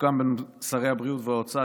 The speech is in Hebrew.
סוכם בין שרי הבריאות והאוצר,